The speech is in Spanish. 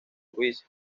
ruiz